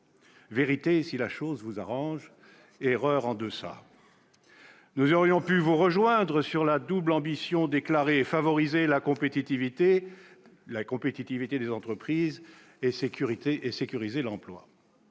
Vérité quand cela vous arrange, erreur sinon ... Nous aurions pu vous rejoindre sur la double ambition déclarée : favoriser la compétitivité des entreprises et sécuriser l'emploi.